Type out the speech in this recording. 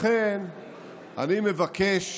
לכן אני מבקש